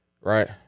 right